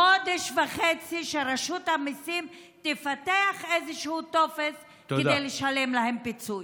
חודש וחצי שרשות המיסים תפתח איזשהו טופס כדי לשלם לה פיצוי.